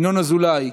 ינון אזולאי,